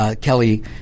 Kelly